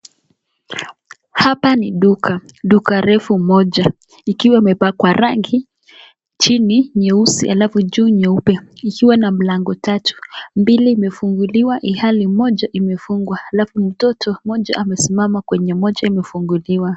Hapa ni duka. Duka refu moja, ikiwa imepakwa rangi, chini nyeusi alafu juu nyeupe ikiwa na mlango tatu, mbili imefunguliwa ilhali moja imefungwa alafu mtoto mmoja amesimama kwenye moja imefunguliwa.